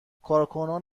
کارکنان